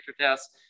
test